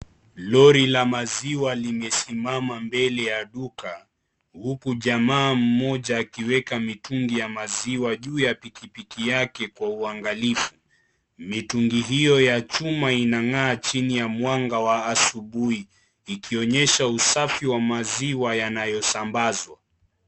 Lori la maziwa limesimama mbele ya duka, huku jamaa mmoja akiweka mitungi ya maziwa juu ya pikipiki yake kwa uangalivu. Mitungi hiyo ya chuma, inang'aa chini ya mwanga wa asubuhi. Ikionyesha usafi wa maziwa yanayosambazwa.